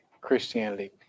Christianity